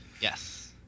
Yes